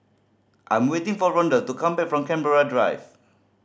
I'm waiting for Rondal to come back from Canberra Drive